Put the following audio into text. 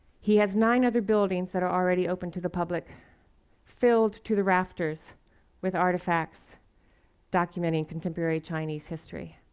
he has nine other buildings that are already open to the public filled to the rafters with artifacts documenting contemporary chinese history.